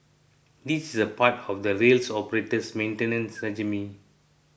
this is part of the rails operator's maintenance regime